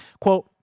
Quote